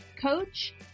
coach